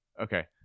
Okay